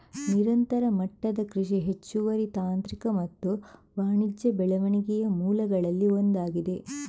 ನಿರಂತರ ಮಟ್ಟದ ಕೃಷಿ ಹೆಚ್ಚುವರಿ ತಾಂತ್ರಿಕ ಮತ್ತು ವಾಣಿಜ್ಯ ಬೆಳವಣಿಗೆಯ ಮೂಲಗಳಲ್ಲಿ ಒಂದಾಗಿದೆ